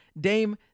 Dame